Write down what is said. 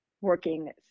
working